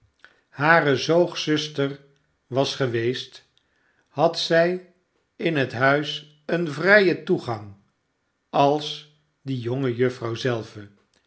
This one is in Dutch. hare zoogzuster was geweest had zij in het huis een vrijen toegang als die jonge juffer zelve